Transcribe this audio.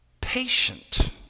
patient